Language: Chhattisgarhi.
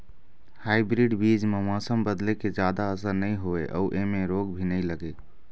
हाइब्रीड बीज म मौसम बदले के जादा असर नई होवे अऊ ऐमें रोग भी नई लगे